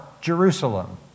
Jerusalem